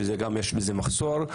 שגם בזה יש מחסור.